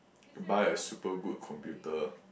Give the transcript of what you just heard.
buy a super good computer